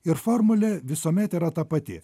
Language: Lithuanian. ir formulė visuomet yra ta pati